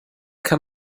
kann